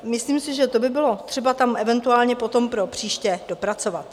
Myslím si, že to by bylo tam třeba eventuálně potom propříště dopracovat.